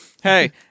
Hey